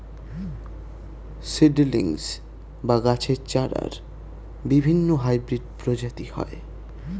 seedlings বা গাছের চারার বিভিন্ন হাইব্রিড প্রজাতি হয়